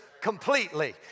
completely